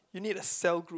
you need a cell group